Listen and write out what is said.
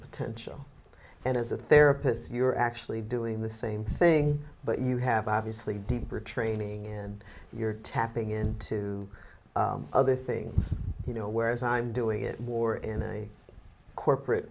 potential and as a therapist you're actually doing the same thing but you have obviously deeper training and you're tapping into other things you know whereas i'm doing it war in a corporate